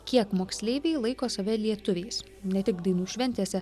kiek moksleiviai laiko save lietuviais ne tik dainų šventėse